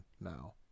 now